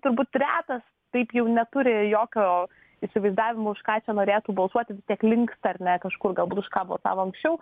turbūt retas taip jau neturi jokio įsivaizdavimo už ką jis čia norėtų balsuoti vis tiek linksta ar ne kažkur galbūt už ką balsavo anksčiau